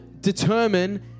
determine